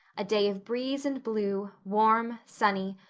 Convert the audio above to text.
a day of breeze and blue, warm, sunny,